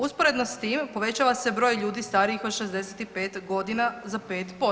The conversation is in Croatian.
Usporedno s tim povećava se broj ljudi starijih od 65.g. za 5%